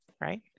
right